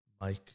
Mike